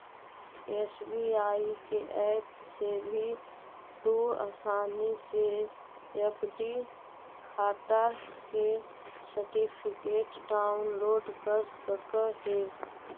SBI के app से भी तू आसानी से एफ.डी खाटा के सर्टिफिकेट डाउनलोड कर सकऽ हे